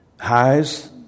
Highs